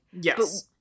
Yes